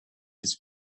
his